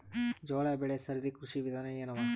ಜೋಳ ಬೆಳಿ ಸರದಿ ಕೃಷಿ ವಿಧಾನ ಎನವ?